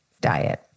diet